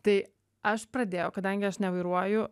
tai aš pradėjau kadangi aš nevairuoju